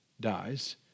dies